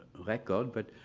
record, but